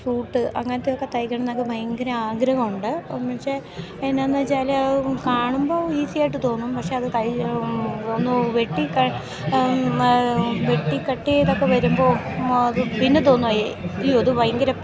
suit അങ്ങനത്തെയൊക്കെ തയ്ക്കണമെന്നൊക്കെ ഭയങ്കര ആഗ്രഹമുണ്ട് പക്ഷേ എന്നാന്ന് വെച്ചാൽ അത് കാണുമ്പോൾ ഈസിയായിട്ട് തോന്നും പക്ഷേ അത് ഒന്നു വെട്ടി വെട്ടി കട്ട് ചെയ്തൊക്കെ വരുമ്പോൾ അത് പിന്നെ തോന്നും അയ്യോ അതു ഭയങ്കര